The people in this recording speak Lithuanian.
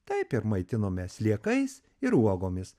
taip ir maitinome sliekais ir uogomis